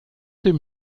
dem